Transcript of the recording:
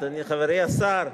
אוי, סליחה, אדוני, חברי השר.